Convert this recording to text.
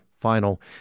final